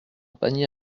panier